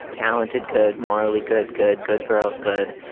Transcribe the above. talented, good, morally good, good, good girl. good,